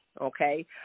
Okay